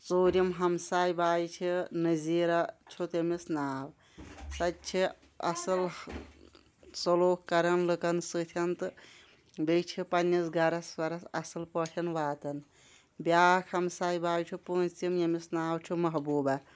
ژوٗرِم ہمساے باے چھےٚ نزیرا چھُ تٔمِس ناو سۄ تہِ چھےٚ اَصٕل سلوٗک کران لُکن سۭتۍ تھن بیٚیہِ چھےٚ پَنٕنِس گرس وَرس اَصٕل پٲٹھٮ۪ن واتن بیاکھ ہمساے باے چھےٚ پوٗژِم ییٚمِس ناو چھُ محبوبہ